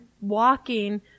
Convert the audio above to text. walking